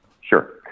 Sure